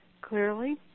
Clearly